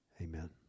Amen